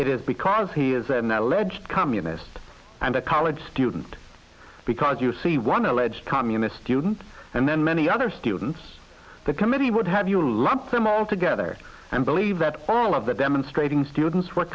it is because he is an alleged communist and a college student because you see one alleged communist student and then many other students the committee would have you lot similar together and believe that all of the demonstrating students were